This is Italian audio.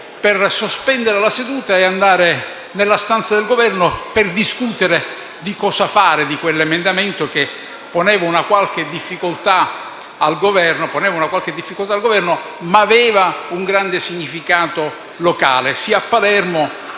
per sospendere la seduta e andare nella stanza del Governo per discutere di cosa fare di quell'emendamento, che poneva una qualche difficoltà all'Esecutivo, ma che aveva un grande significato locale, sia a Palermo,